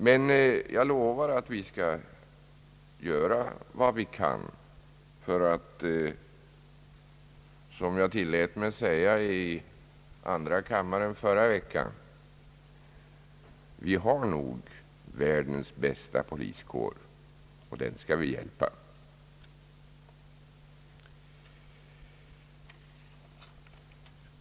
Men jag lovar att vi skall göra vad vi kan, ty — som jag tillät mig säga i andra kammaren i förra veckan — vi har nog världens bästa poliskår, och den skall vi hjälpa.